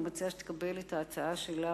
אני מציעה שתקבל את ההצעה שלה,